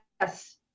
Yes